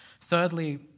Thirdly